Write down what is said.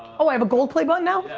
oh, i have a gold play button now? yeah,